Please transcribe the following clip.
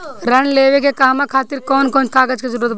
ऋण लेने के कहवा खातिर कौन कोन कागज के जररूत बाटे?